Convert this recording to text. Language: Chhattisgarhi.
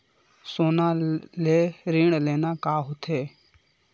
सोना ले ऋण लेना का होथे?